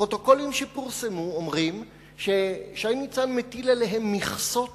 הפרוטוקולים שפורסמו אומרים ששי ניצן מטיל עליהם מכסות